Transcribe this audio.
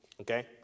okay